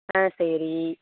ஆ சரி